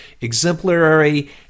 exemplary